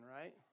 right